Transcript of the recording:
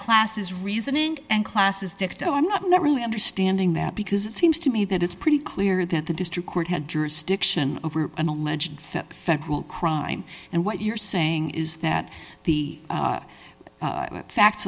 classes reasoning and classes dicto i'm not not really understanding that because it seems to me that it's pretty clear that the district court had jurisdiction over an alleged federal crime and what you're saying is that the